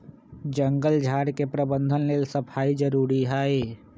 जङगल झार के प्रबंधन लेल सफाई जारुरी हइ